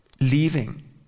leaving